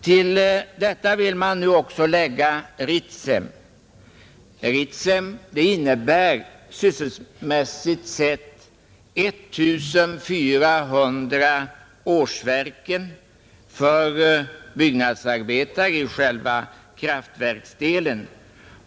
Till detta vill man nu också lägga Ritsem. Ritsem innebär sysselsättningsmässigt 1 400 årsverken för byggnadsarbetare i själva kraftverksdelen.